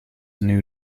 new